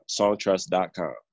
songtrust.com